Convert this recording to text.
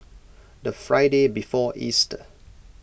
the Friday before Easter